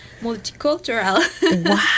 multicultural